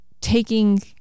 taking